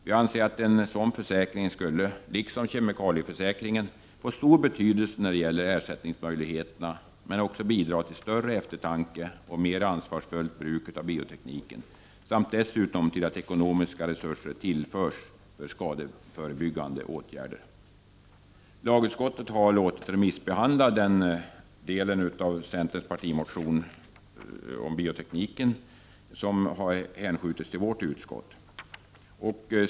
Vi anser att en sådan försäkring, liksom kemikalieförsäkringen, skulle få stor betydelse när det gäller ersättningsmöjligheterna och att den också skulle bidra till större eftertanke och mera ansvarsfullt bruk av biotekniken — samt dessutom till att ekonomiska resurser tillförs för skadeförebyggande åtgärder. Lagutskottet har låtit remissbehandla den del av centerns partimotion om bioteknik som har hänskjutits till vårt utskott.